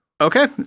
Okay